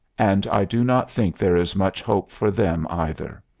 and i do not think there is much hope for them either.